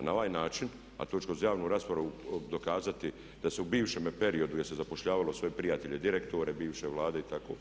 Na ovaj način a to ću kroz javnu raspravu dokazati da se u bivšemu periodu gdje se je zapošljavalo svoje prijatelje, direktore bivše Vlade i tako,